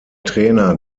trainer